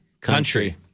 country